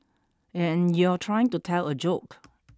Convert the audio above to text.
and you're trying to tell a joke